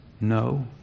No